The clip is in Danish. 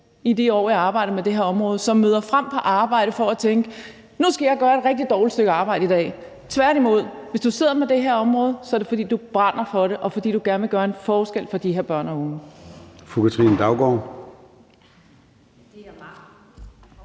i de år, jeg har arbejdet med det her område, som er mødt op på arbejde for at tænke: Nu skal jeg gøre et rigtig dårligt stykke arbejde i dag. Tværtimod, hvis du sidder med det her område, er det, fordi du brænder for det, og fordi du gerne vil gøre en forskel for de her børn og unge.